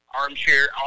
armchair